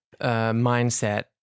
mindset